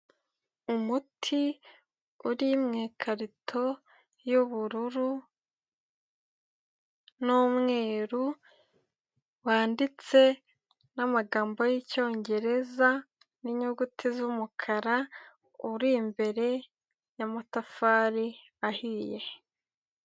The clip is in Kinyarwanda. Umuti uri mu ikarito y'ubururu n'umweru, wanditse n'amagambo y'icyongereza, n'inyuguti z'umukara, uri imbere y'amatafari ahiye.